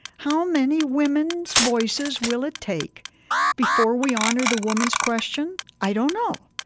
how many women's voices will it take before we honor the woman's question? i don't know.